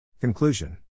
Conclusion